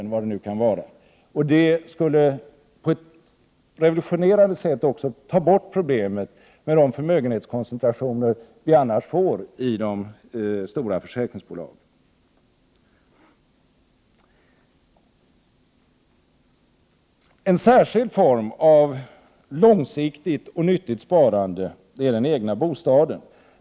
Detta skulle också på ett revolutionerande sätt ta bort problemet med de förmögenhetskoncentrationer som vi annars får i de stora försäkringsbolagen. En särskild form av långsiktigt och nyttigt sparande är den egna bostaden.